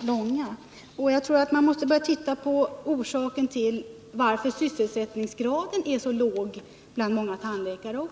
långa. Jag tror att man också måste se på orsaken till att sysselsättningsgraden är så låg bland många tandläkare.